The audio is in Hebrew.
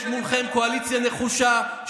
כי יש מולכם קואליציה נחושה,